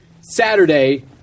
Saturday